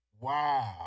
Wow